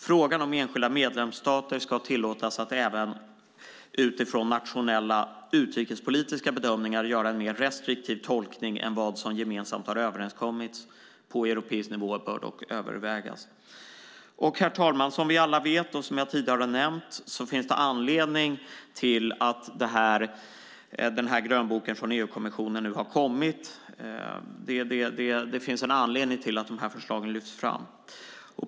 Frågan om enskilda medlemsstater ska tillåtas att även utifrån nationella utrikespolitiska bedömningar göra en mer restriktiv tolkning än vad som gemensamt har överenskommits på europeisk nivå bör dock övervägas. Herr talman! Som vi alla vet och som jag tidigare har nämnt finns det en anledning till att grönboken från EU-kommissionen nu har kommit. Det finns en anledning till att de här förslagen lyfts fram.